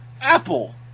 Apple